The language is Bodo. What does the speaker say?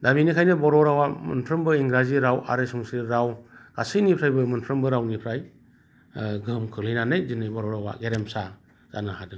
दा बिनिखायनो बर' रावा मोनफ्रामबो इंराजि राव आरो संस्कृत राव गासैनिफ्रायबो मोनफ्रोमबो रावनिफ्राय गोहोम खोख्लैनानै जोंनि बर' रावा गेरेमसा जानो हादों